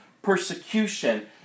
persecution